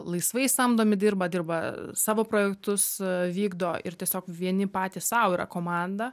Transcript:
laisvai samdomi dirba dirba savo projektus vykdo ir tiesiog vieni patys sau yra komanda